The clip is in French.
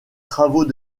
travaux